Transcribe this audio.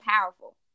powerful